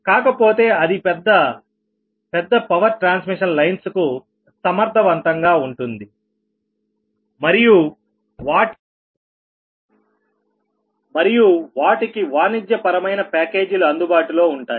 కాకపోతే అది పెద్ద పెద్ద పవర్ ట్రాన్స్మిషన్ లైన్స్ కు సమర్థవంతంగా ఉంటుంది మరియు వాటికి వాణిజ్యపరమైన ప్యాకేజీలు అందుబాటులో ఉంటాయి